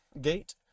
gate